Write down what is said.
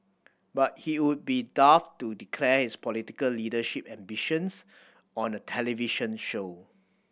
but he would be daft to declare his political leadership ambitions on a television show